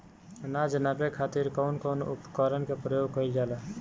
अनाज नापे खातीर कउन कउन उपकरण के प्रयोग कइल जाला?